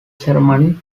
ceremony